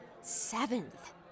Seventh